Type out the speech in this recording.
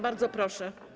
Bardzo proszę.